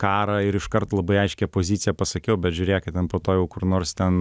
karą ir iškart labai aiškią poziciją pasakiau bet žiūrėkit ten po to jau kur nors ten